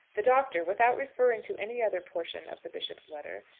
the doctor, without referring to any other portion of the bishop's letter,